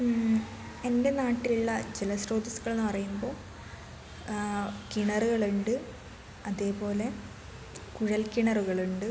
എൻ്റെ നാട്ടിലുള്ള ജലസ്രോതസ്സുകൾ എന്നു പറയുമ്പോൾ കിണറുകളുണ്ട് അതേപോലെ കുഴൽക്കിണറുകളുണ്ട്